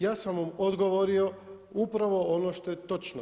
Ja sam mu odgovorio upravo ono što je točno.